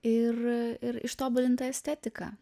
ir ir ištobulinta estetika